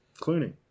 Clooney